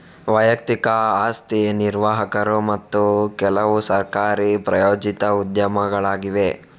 ವೈಯಕ್ತಿಕ ಆಸ್ತಿ ನಿರ್ವಾಹಕರು ಮತ್ತು ಕೆಲವುಸರ್ಕಾರಿ ಪ್ರಾಯೋಜಿತ ಉದ್ಯಮಗಳಾಗಿವೆ